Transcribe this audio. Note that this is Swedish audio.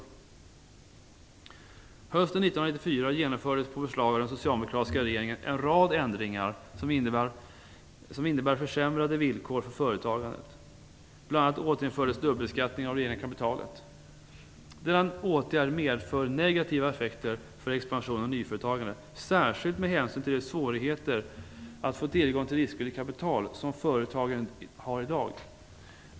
Hösten 1994 genomfördes på förslag av den socialdemokratiska regeringen en rad ändringar som innebär försämrade villkor för företagande. Bl.a. återinfördes dubbelbeskattningen av det egna kapitalet. Denna åtgärd medför negativa effekter för expansion och nyföretagande, särskilt med hänsyn till de svårigheter att få tillgång till riskvilligt kapital som företagen har i dag.